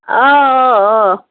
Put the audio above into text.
آ آ آ